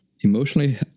Emotionally